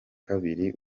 kabiri